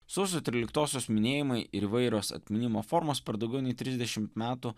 sausio tryliktosios minėjimai ir įvairios atminimo formos per daugiau nei trisdešimt metų